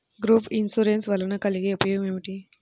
Group insurance వలన కలిగే ఉపయోగమేమిటీ?